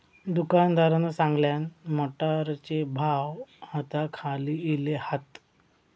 दुकानदारान सांगल्यान, मटारचे भाव आता खाली इले हात